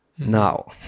Now